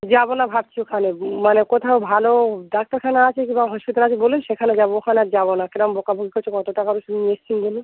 যাবো না ভাবছি ওখানে মানে কোথাও ভালো ডাক্তারখানা আছে কিংবা হসপিটাল আছে বলুন সেখানে যাবো ওখানে আর যাবো না কিরম বকাবকি করছে কতো টাকার ওষুধ নিয়ে এসছি বলুন